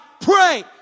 pray